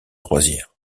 croisière